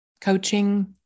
coaching